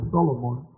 Solomon